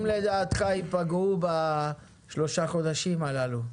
לדעתך ייפגעו בגלל הקפאת היבוא בשלושה החודשים הללו?